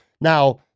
Now